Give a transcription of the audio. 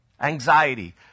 anxiety